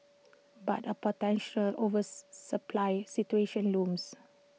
but A potential supply situation looms